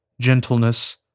gentleness